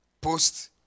post